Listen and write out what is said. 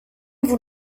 vous